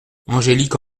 angélique